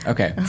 Okay